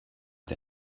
der